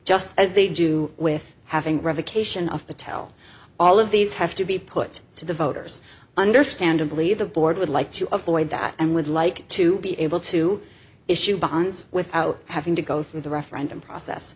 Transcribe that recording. just as they do with having revocation of the tell all of these have to be put to the voters understandably the board would like to avoid that and would like to be able to issue bonds without having to go through the referendum process